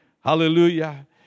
Hallelujah